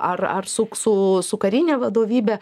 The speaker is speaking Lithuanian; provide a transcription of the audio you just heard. ar ar su su su karine vadovybe